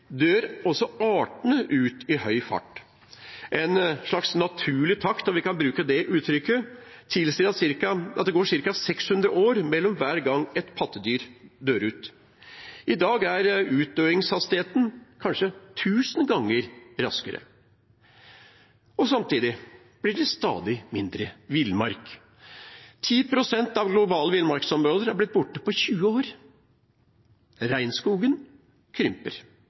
dør også artene ut i høy fart. En slags naturlig takt, om vi kan bruke det uttrykket, tilsier at det går ca. 600 år mellom hver gang et pattedyr dør ut. I dag er utdøingshastigheten kanskje tusen ganger raskere. Samtidig blir det stadig mindre villmark. 10 pst. av globale villmarksområder har blitt borte på 20 år. Regnskogen krymper